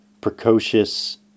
precocious